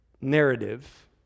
narrative